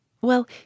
Well